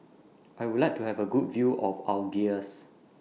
I Would like to Have A Good View of Algiers